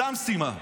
זו המשימה.